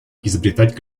изобретать